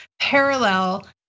parallel